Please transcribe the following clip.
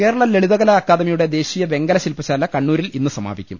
കേരള ലളിതകലാ അക്കാദമിയുടെ ദേശീയ വെങ്കല ശിൽപ ശാല കണ്ണൂരിൽ ഇന്ന് സമാപിക്കും